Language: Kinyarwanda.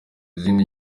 izindi